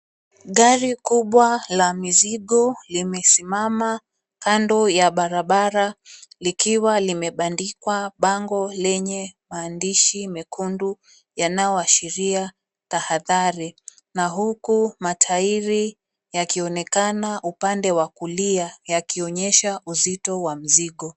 Gari kubwa la mizigo limesimama kando ya barabara likiwa limebandikwa bango lenye maandishi mekundu yanaoashiria tahadhari na huku matairi yakionekana upande wa kulia yakionyesha uzito wa mzigo.